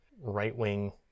right-wing